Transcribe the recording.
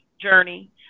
journey